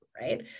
right